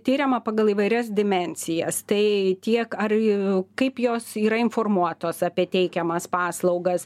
tiriama pagal įvairias dimensijas tai tiek ar kaip jos yra informuotos apie teikiamas paslaugas